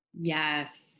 Yes